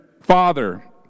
Father